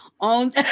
on